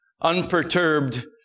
Unperturbed